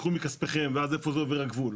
קחו מכספיכם ואז איפה עובר הגבול?